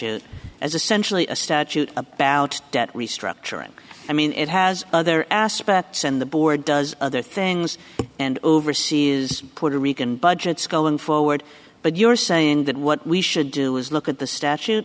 e as essentially a statute about debt restructuring i mean it has other aspects and the board does other things and oversee is puerto rican budgets going forward but you're saying that what we should do is look at the statute